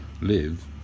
live